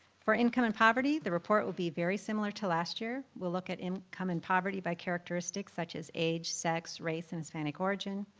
for income and poverty, the report will be very similar to last year. we'll look at income and poverty by characteristics such as age, sex, race, and hispanic origin.